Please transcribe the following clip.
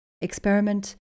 experiment